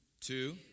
two